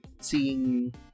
seeing